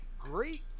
great